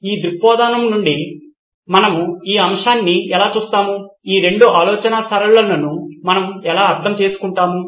ఈ దృక్కోణం నుండి మనం ఈ అంశాన్ని ఎలా చూస్తాము ఈ రెండు ఆలొచనా సరళిలను మనం ఎలా అర్థం చేసుకుంటాము